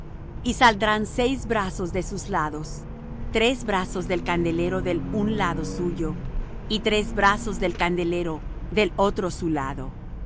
y saldrán seis brazos de sus lados tres brazos del candelero del un lado suyo y tres brazos del candelero del otro su lado